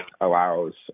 allows